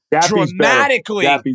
dramatically